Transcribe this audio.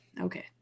Okay